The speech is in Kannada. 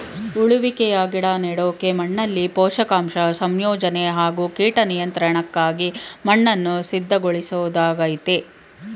ಉಳುವಿಕೆಯು ಗಿಡ ನೆಡೋಕೆ ಮಣ್ಣಲ್ಲಿ ಪೋಷಕಾಂಶ ಸಂಯೋಜನೆ ಹಾಗೂ ಕೀಟ ನಿಯಂತ್ರಣಕ್ಕಾಗಿ ಮಣ್ಣನ್ನು ಸಿದ್ಧಗೊಳಿಸೊದಾಗಯ್ತೆ